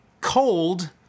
cold